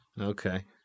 Okay